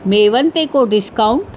मेवनि ते को डिस्काउंट